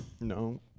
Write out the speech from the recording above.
No